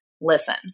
listen